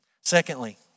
Secondly